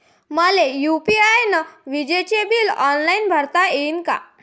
मले यू.पी.आय न विजेचे बिल ऑनलाईन भरता येईन का?